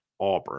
Auburn